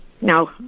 No